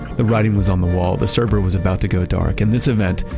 the writing was on the wall, the server was about to go dark. and this event,